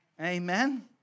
Amen